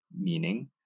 Meaning